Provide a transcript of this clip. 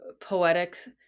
poetics